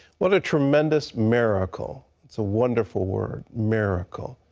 what a tremendous miracle. it's a wonderful word, miracle.